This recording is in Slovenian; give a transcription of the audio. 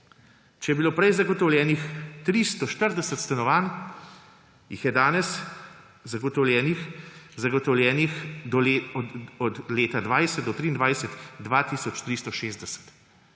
Če je bilo prej zagotovljenih 340 stanovanj, jih je danes zagotovljenih od leta 2020 do 2023 2